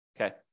okay